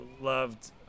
loved